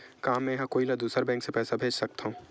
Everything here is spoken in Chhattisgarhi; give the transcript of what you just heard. का मेंहा कोई ला दूसर बैंक से पैसा भेज सकथव?